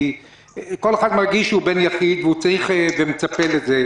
כל אחד מרגיש שהוא בן יחיד ומצפה לטיפול.